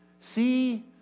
See